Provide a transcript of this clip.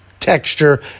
texture